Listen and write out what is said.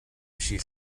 she